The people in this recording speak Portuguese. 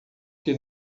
que